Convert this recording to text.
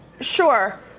Sure